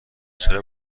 چرا